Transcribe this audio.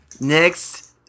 Next